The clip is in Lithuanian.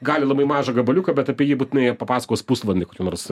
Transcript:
gali labai mažą gabaliuką bet apie jį būtinai papasakos pusvalandį nors